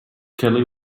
kelly